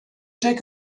take